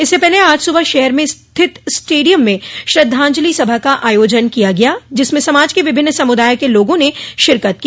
इससे पहले आज सुबह शहर में स्थित स्टेडियम में श्रद्वाजंलि सभा का आयोजन किया गया जिसमें समाज के विभिन्न समुदायों के लोगों ने शिरकत की